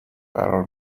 قرار